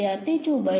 വിദ്യാർത്ഥി 23